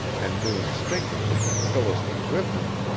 and knew instinctively that phyllis was with him,